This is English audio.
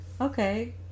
Okay